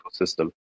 ecosystem